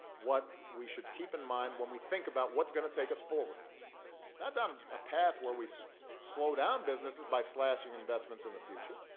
what we should keep in mind when we think about what's going to take us forward not down a path where we slow down businesses by slashing investments in the future